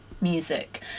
music